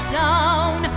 down